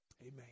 Amen